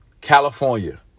California